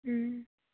ꯎꯝ